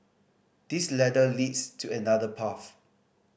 this ladder leads to another path